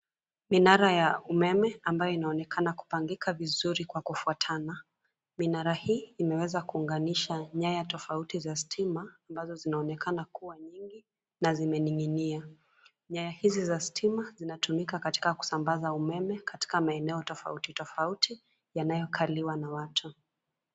Minara ya umeme amabayo inaonekana kupangika vizuri kwa kufuatana. Minara hii imeweza kuunganisha nyaya tofauti za stima ambazo zinaonekana kuwa mingi na zimeninginia. Nyaya hizi za stima zinatumika kusambaza umeme katika maeneo tofauti tofauti yanayo kaliwa na watu.